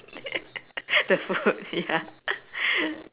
the food ya